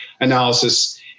analysis